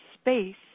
space